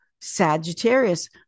Sagittarius